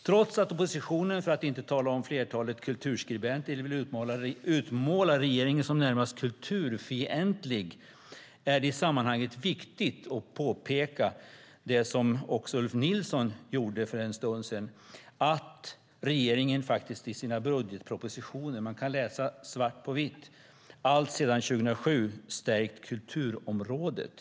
Trots att oppositionen, för att inte tala om flertalet kulturskribenter, vill utmåla regeringen som närmast kulturfientlig är det i sammanhanget viktigt att påpeka - vilket Ulf Nilsson också gjorde för en stund sedan - att man kan läsa svart på vitt att regeringen i sina budgetpropositioner alltsedan 2007 stärkt kulturområdet.